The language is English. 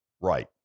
Right